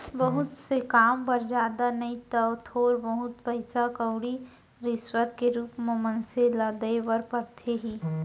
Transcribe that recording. बहुत से काम बर जादा नइ तव थोर बहुत पइसा कउड़ी रिस्वत के रुप म मनसे ल देय बर परथे ही